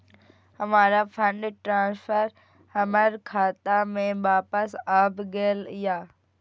हमर fund transfer हमर खाता में वापस आब गेल या